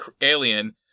alien